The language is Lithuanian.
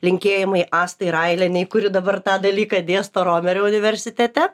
linkėjimai astai railienei kuri dabar tą dalyką dėsto romerio universitete